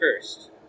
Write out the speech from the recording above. first